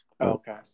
Okay